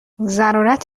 ضرورت